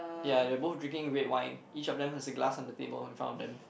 ya they both drinking red wine each of them has a glass on the table in front of them